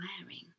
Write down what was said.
wearing